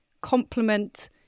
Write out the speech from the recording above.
complement